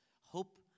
hope